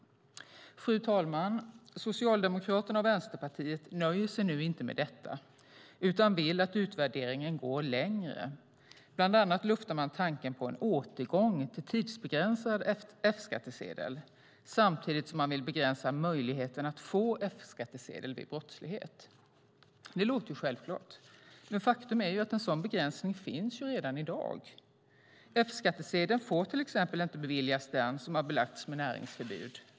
Fru talman! Socialdemokraterna och Vänsterpartiet nöjer sig nu inte med detta utan vill att utvärderingen går längre. Bland annat luftar man tanken på en återgång till tidsbegränsad F-skattsedel, samtidigt som man vill begränsa möjligheten att få F-skattsedel vid brottslighet. Det låter ju självklart. Men faktum är att en sådan begränsning redan finns i dag. F-skattsedel får till exempel inte beviljas den som har belagts med näringsförbud.